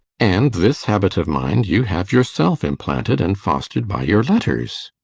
and this habit of mind you have yourself implanted and fostered by your letters.